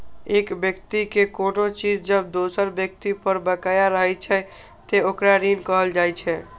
एक व्यक्ति के कोनो चीज जब दोसर व्यक्ति पर बकाया रहै छै, ते ओकरा ऋण कहल जाइ छै